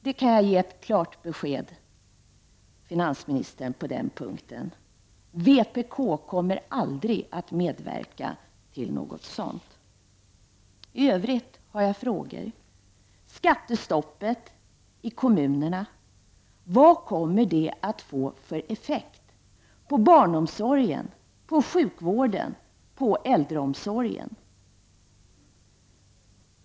Jag kan ge finansministern ett klart besked på den punkten om att vpk aldrig kommer att medverka till något sådant. I övrigt vill jag ställa några frågor. Vad kommer skattestoppet i kommunerna att få för effekt på barnomsorgen, på sjukvården och på äldreomsorgen?